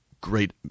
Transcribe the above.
great